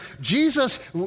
Jesus